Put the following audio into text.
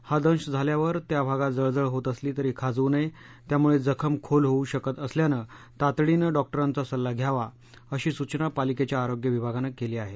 हा दंश झाल्यावर त्या भागात जळजळ होत असली तरी खाजवू नये त्यामूळे जखम खोल होऊ शकत असल्यानं तातडीनं डॉक्टरांचा सल्ला घ्यावा अशी सुचना पालिकेच्या आरोग्य विभागानं केलं आहे